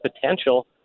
potential